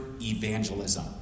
evangelism